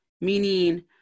meaning